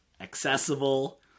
Accessible